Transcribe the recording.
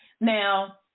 Now